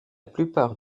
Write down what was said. plupart